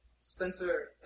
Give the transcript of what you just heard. Spencer